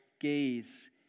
gaze